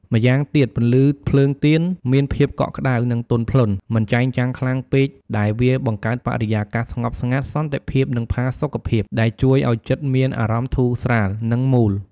ម្យ៉ាងទៀត ពន្លឺភ្លើងទៀនមានភាពកក់ក្ដៅ និងទន់ភ្លន់ មិនចែងចាំងខ្លាំងពេកដែលវាបង្កើតបរិយាកាស ស្ងប់ស្ងាត់ សន្តិភាព និងផាសុកភាព ដែលជួយឲ្យចិត្តមានអារម្មណ៍ធូរស្រាល និងមូល។